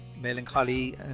Melancholy